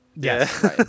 Yes